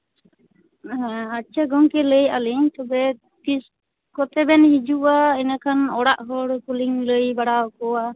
ᱟᱪᱪᱷᱟ ᱜᱚᱝᱠᱮ ᱞᱟᱹᱭᱮᱫᱼᱟ ᱞᱤᱧ ᱛᱚᱵᱮ ᱛᱤᱥ ᱠᱚᱛᱮᱵᱤᱱ ᱦᱤᱡᱩᱜᱼᱟ ᱤᱱᱟᱹᱠᱷᱟᱱ ᱚᱲᱟᱜ ᱦᱚᱲ ᱠᱚᱞᱤᱧ ᱞᱟᱹᱭ ᱵᱟᱲᱟᱣᱟᱠᱚᱣᱟ